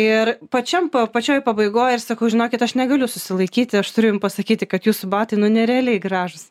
ir pačiam pačioj pabaigoj ir sakau žinokit aš negaliu susilaikyti aš turiu jum pasakyti kad jūsų batai nu nerealiai gražūs